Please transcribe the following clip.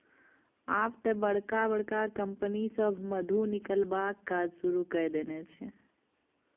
आब तए बड़का बड़का कंपनी सभ मधु निकलबाक काज शुरू कए देने छै